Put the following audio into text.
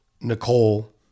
Nicole